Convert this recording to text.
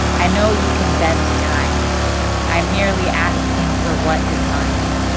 i know you can bend time i'm merely asking for what is mine.